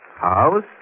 house